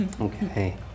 Okay